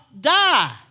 die